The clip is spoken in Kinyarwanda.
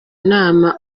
inama